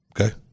Okay